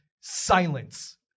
silence